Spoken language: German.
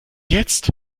jetzt